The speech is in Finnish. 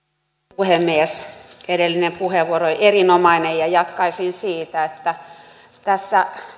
puhemies edellinen puheenvuoro oli erinomainen ja jatkaisin siitä että